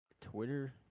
Twitter